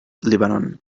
lebanon